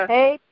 Hey